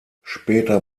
später